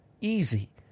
easy